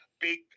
big